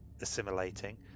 assimilating